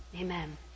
amen